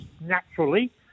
naturally